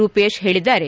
Rupesh ಹೇಳಿದ್ಲಾರೆ